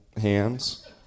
hands